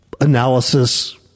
analysis